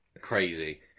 crazy